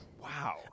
Wow